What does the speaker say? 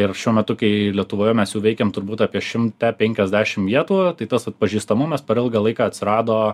ir šiuo metu kai lietuvoje mes jau veikiam turbūt apie šimte penkaisdešim vietų tai tas atpažįstamumas per ilgą laiką atsirado